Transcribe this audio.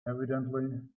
evidently